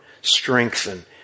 strengthen